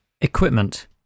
Equipment